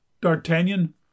d'artagnan